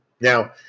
Now